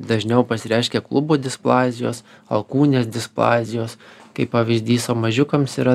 dažniau pasireiškia klubų displazijos alkūnės displazijos kaip pavyzdys o mažiukams yra